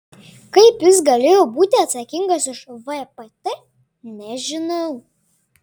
kaip jis galėjo būti atsakingas už vpt nežinau